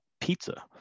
pizza